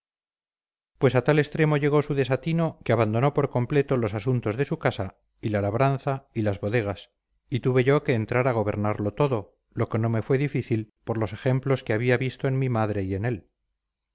pues a tal extremo llegó su desatino que abandonó por completo los asuntos de su casa y la labranza y las bodegas y tuve yo que entrar a gobernarlo todo lo que no me fue difícil por los ejemplos que había visto en mi madre y en él